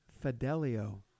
Fidelio